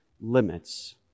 limits